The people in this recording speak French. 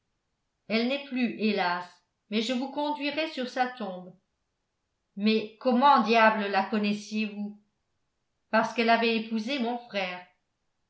elle n'est plus hélas mais je vous conduirai sur sa tombe mais comment diable la connaissiez-vous parce qu'elle avait épousé mon frère